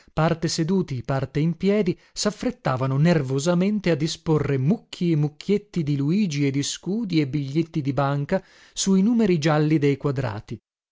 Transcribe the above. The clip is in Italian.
parte seduti parte in piedi saffrettavano nervosamente a disporre mucchi e mucchietti di luigi e di scudi e biglietti di banca su i numeri gialli dei quadrati